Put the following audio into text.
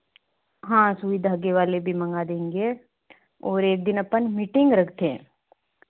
हाँ सुई धागे वाले भी मंगा देंगे और एक दिन अपन मीटिंग रखते हैं